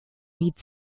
need